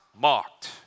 mocked